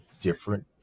different